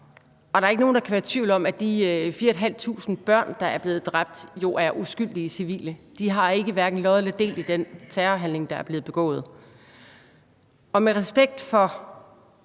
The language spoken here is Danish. og der er ikke nogen, der kan være i tvivl om, at de 4.500 børn, der er blevet dræbt, jo er uskyldige civile; de har hverken lod eller del i den terrorhandling, der er blevet begået. Og med respekt for